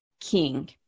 king